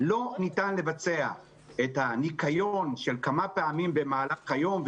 לא ניתן לבצע ניקיון כמה פעמים במהלך היום,